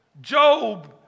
Job